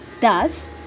Thus